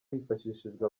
hifashishijwe